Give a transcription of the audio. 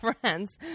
friends